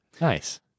Nice